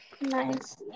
Nice